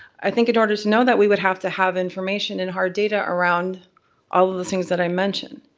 i think in order to know that we would have to have information and hard data around all of those things that i mentioned.